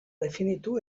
definitu